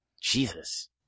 Jesus